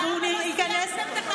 למה לא סיימתם את החקיקה?